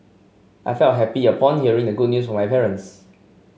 I felt happy upon hearing the good news my parents